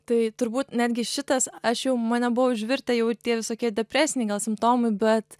tai turbūt netgi šitas aš jau mane buvo užvirtę jau ir tie visokie depresiniai gal simptomai bet